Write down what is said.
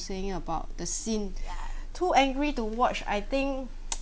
saying about the scene too angry to watch I think